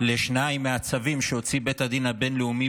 לשניים מהצווים שהוציא בית הדין הבין-לאומי